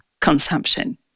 consumption